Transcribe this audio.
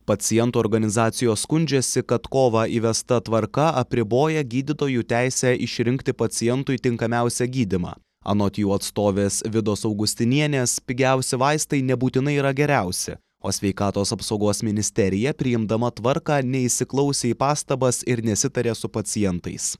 pacientų organizacijos skundžiasi kad kovą įvesta tvarka apriboja gydytojų teisę išrinkti pacientui tinkamiausią gydymą anot jų atstovės vidos augustinienės pigiausi vaistai nebūtinai yra geriausi o sveikatos apsaugos ministerija priimdama tvarką neįsiklausė į pastabas ir nesitarė su pacientais